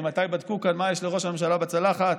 ממתי בדקו כאן מה יש לראש הממשלה בצלחת?